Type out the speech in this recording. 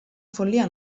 follia